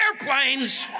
airplanes